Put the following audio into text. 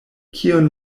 kion